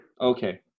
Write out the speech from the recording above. Okay